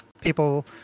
people